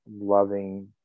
loving